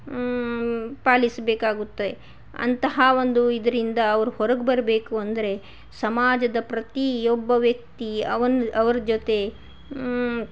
ಪಾಲಿಸಬೇಕಾಗುತ್ತೆ ಅಂತಹ ಒಂದು ಇದರಿಂದ ಅವರು ಹೊರಗೆ ಬರಬೇಕು ಅಂದರೆ ಸಮಾಜದ ಪ್ರತಿ ಒಬ್ಬ ವ್ಯಕ್ತಿ ಅವನ ಅವ್ರ ಜೊತೆ